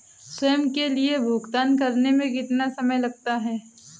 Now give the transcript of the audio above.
स्वयं के लिए भुगतान करने में कितना समय लगता है?